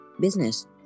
business